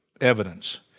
evidence